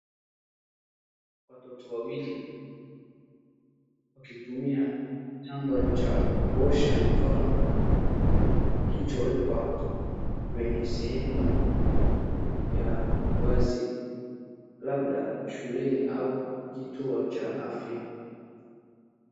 Watoto wawili wakitumia chamba cha kuosha mikono kilichowekwa kwenye sehemu ya wazi labda shuleni au kituo cha afya.